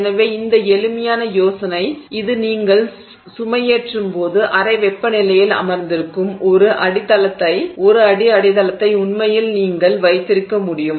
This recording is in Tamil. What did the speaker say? எனவே இந்த எளிமையான யோசனை இது நீங்கள் சுமையேற்றும்போது அறை வெப்பநிலையில் அமர்ந்திருக்கும் ஒரு அடி அடித்தளத்தை உண்மையில் நீங்கள் வைத்திருக்க முடியும்